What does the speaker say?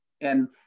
And-